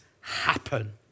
happen